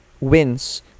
wins